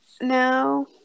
No